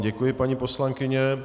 Děkuji vám, paní poslankyně.